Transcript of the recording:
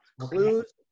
Clues